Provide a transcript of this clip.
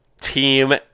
team